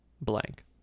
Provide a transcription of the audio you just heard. Blank